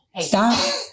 Stop